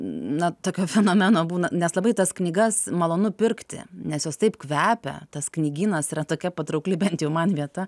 na tokio fenomeno būna nes labai tas knygas malonu pirkti nes jos taip kvepia tas knygynas yra tokia patraukli bent jau man vieta